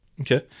Okay